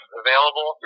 available